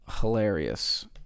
hilarious